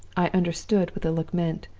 i understood what the look meant.